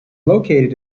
located